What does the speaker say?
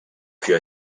puis